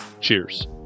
Cheers